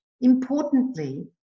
Importantly